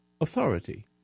authority